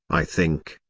i think,